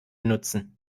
nutzen